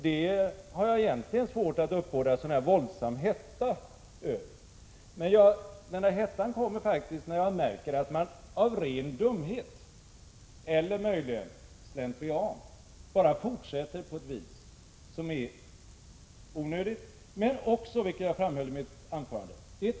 Det har jag egentligen svårt att uppbåda en våldsam hetta över. Men hettan kommer faktiskt när jag märker att man av ren dumhet eller möjligen slentrian bara fortsätter på ett vis som är onödigt men -— vilket jag framhöll i mitt tidigare anförande — som också är skadligt.